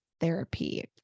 therapy